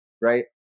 Right